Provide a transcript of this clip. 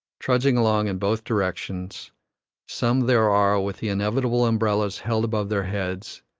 trudging along in both directions some there are with the inevitable umbrellas held above their heads,